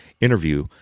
interview